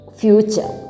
future